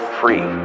free